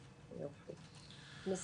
הכלכלה?